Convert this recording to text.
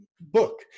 book